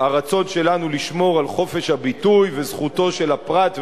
הרצון שלנו לשמור על חופש הביטוי וזכותו של הפרט,